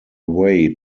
way